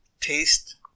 taste